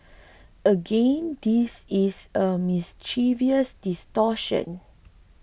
again this is a mischievous distortion